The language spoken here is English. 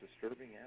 disturbing